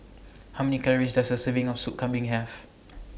How Many Calories Does A Serving of Sup Kambing Have